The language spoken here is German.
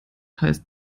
heißt